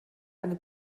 eine